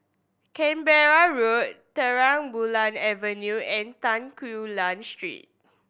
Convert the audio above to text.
Canberra Road Terang Bulan Avenue and Tan Quee Lan Street